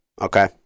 okay